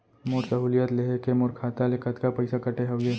मोर सहुलियत लेहे के मोर खाता ले कतका पइसा कटे हवये?